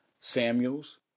Samuels